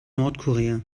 nordkorea